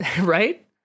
Right